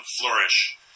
flourish